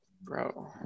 Bro